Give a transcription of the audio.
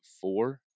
four